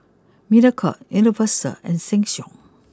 Mediacorp Universal and Sheng Siong